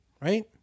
right